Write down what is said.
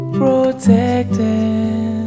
protected